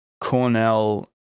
Cornell